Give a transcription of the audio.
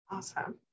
Awesome